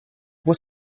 was